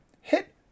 Hit